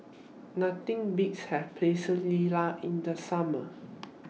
Nothing Beats Have in The Summer